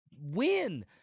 win